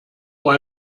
auch